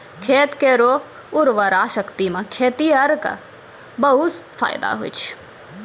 खेत केरो उर्वरा शक्ति सें खेतिहर क बहुत फैदा होय छै